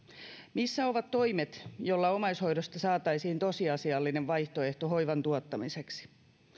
missä ovat toimet joilla omaishoidosta saataisiin tosiasiallinen vaihtoehto hoivan tuottamiseksi